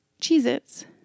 Cheez-Its